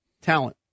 Talent